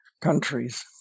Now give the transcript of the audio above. countries